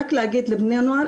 רק להגיד לבני הנוער,